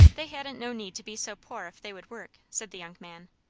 they hadn't no need to be so poor ef they would work, said the young man.